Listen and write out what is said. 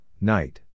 night